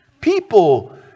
People